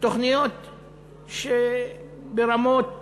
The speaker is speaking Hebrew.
תוכניות שהן ברמות מביכות.